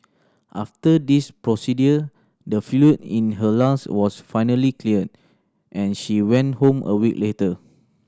after this procedure the fluid in her lungs was finally cleared and she went home a week later